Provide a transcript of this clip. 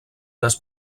les